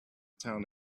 town